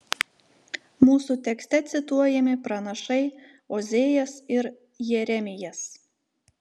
mūsų tekste cituojami pranašai ozėjas ir jeremijas